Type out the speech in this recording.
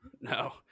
No